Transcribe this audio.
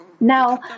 Now